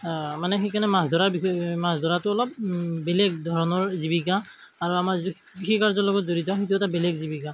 মানে সেইকাৰণে মাছ মাছ ধৰাটো অলপ বেলেগ ধৰণৰ জীৱিকা আৰু আমাৰ যিটো কৃষিকাৰ্যৰ লগত জড়িত সেইটো এটা বেলেগ জীৱিকা